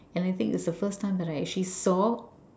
and I think it's the first time that I actually saw